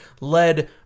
led